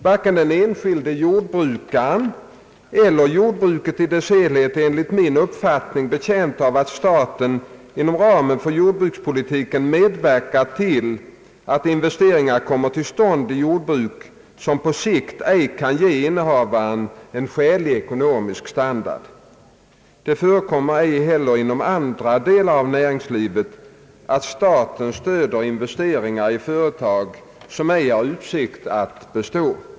Varken de enskilda jordbrukarna eller jordbruket i dess helhet är enligt min uppfattning betjänta av att staten inom ramen för jordbrukspolitiken medverkar till att investeringar kommer till stånd i jordbruk som på sikt ej kan ge innehavaren en skälig ekonomisk standard. Det förekommer ej heller inom andra delar av näringslivet att staten stöder investeringar i företag som ej har utsikter att bestå.